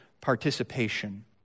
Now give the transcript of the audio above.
participation